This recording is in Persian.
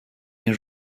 این